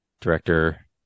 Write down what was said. director